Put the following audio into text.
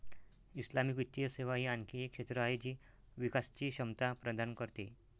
Islamic वित्तीय सेवा ही आणखी एक क्षेत्र आहे जी विकासची क्षमता प्रदान करते